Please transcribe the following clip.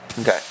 Okay